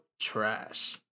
Trash